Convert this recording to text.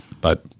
But-